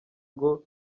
ngo